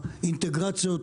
האינטגרציות,